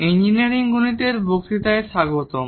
engineering গণিত I এর বক্তৃতায় স্বাগতম